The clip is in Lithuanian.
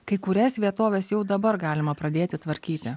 kai kurias vietoves jau dabar galima pradėti tvarkyti